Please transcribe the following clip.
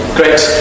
great